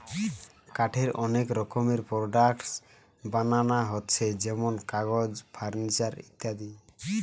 কাঠের অনেক রকমের প্রোডাক্টস বানানা হচ্ছে যেমন কাগজ, ফার্নিচার ইত্যাদি